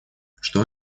что